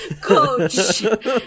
coach